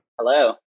Hello